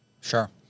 Sure